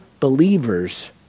believers